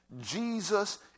Jesus